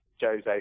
Jose